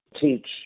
teach